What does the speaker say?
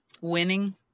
Winning